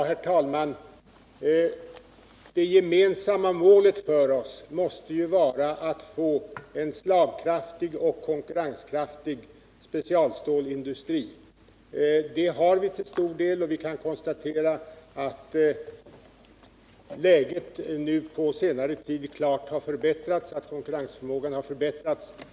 Herr talman! Vårt gemensamma nmiål måste ju vara att få en slagkraftig och konkurrenskraftig specialstålindustri. Det har vi till stor del, och vi kan konstatera att denna industris konkurrensförmåga på senare tid också klart har förbättrats.